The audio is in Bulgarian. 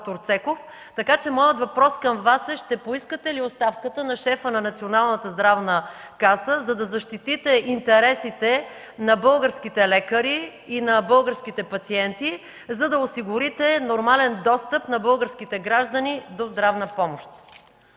д-р Цеков. Така че моят въпрос към Вас е: ще поискате ли оставката на шефа на Националната здравна каса, за да защитите интересите на българските лекари и на българските пациенти, за да осигурите нормален достъп на българските граждани до здравна помощ?